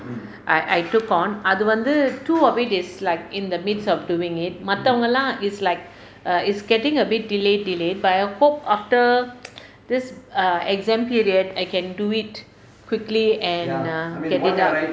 I I took on அது வந்து:athu vanthu two of it is like in the midst of doing it மற்ற வோங்க எல்லாம்:matra vonga ellaam is like err is getting a bit delayed delayed but I hope after this err exam period I can do it quickly and err get it out